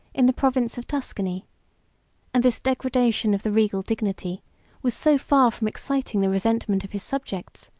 in the province of tuscany and this degradation of the regal dignity was so far from exciting the resentment of his subjects,